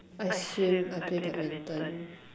I swim I play badminton